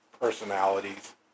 personalities